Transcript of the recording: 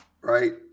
right